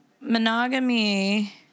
Monogamy